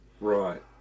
Right